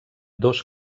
dos